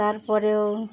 তারপরেও